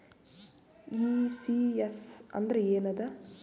ECS ಅಂದ್ರ ಏನದ?